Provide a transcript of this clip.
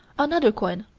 another coin.